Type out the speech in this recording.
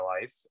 life